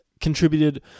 contributed